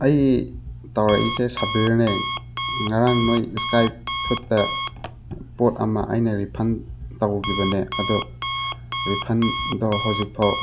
ꯑꯩ ꯇꯧꯔꯛꯏꯁꯦ ꯁꯕꯤꯔꯅꯦ ꯉꯔꯥꯡ ꯅꯣꯏ ꯏꯁꯀꯥꯏ ꯐꯨꯠꯇ ꯄꯣꯠ ꯑꯃ ꯑꯩꯅ ꯔꯤꯐꯟ ꯇꯧꯈꯤꯕꯅꯦ ꯑꯗꯣ ꯔꯤꯐꯟꯗꯣ ꯍꯧꯖꯤꯛꯐꯥꯎ